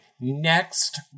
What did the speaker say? next